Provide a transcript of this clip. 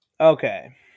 Okay